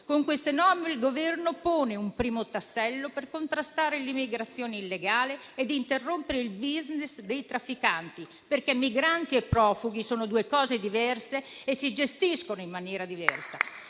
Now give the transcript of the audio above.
Con queste norme il Governo pone un primo tassello per contrastare l'immigrazione illegale e interrompere il *business* dei trafficanti, perché migranti e profughi sono due cose diverse e si gestiscono in maniera diversa.